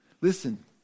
Listen